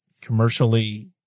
commercially